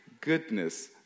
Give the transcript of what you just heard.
goodness